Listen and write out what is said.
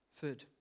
Food